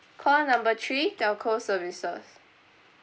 call number three telco services